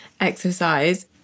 exercise